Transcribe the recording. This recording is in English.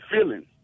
feeling